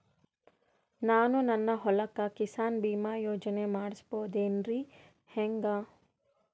ನಾನು ನನ್ನ ಹೊಲಕ್ಕ ಕಿಸಾನ್ ಬೀಮಾ ಯೋಜನೆ ಮಾಡಸ ಬಹುದೇನರಿ ಹೆಂಗ?